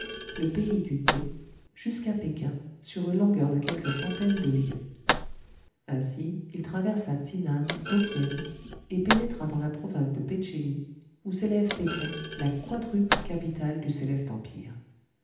le pays du thé jusqu'à péking sur une longueur de quelques centaines de lieues ainsi il traversa tsinan ho kien et pénétra dans la province de pé tché li où s'élève péking la quadruple capitale du céleste empire